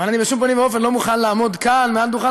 אני בשום פנים ואופן לא מוכן לעמוד כאן מעל דוכן